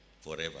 forever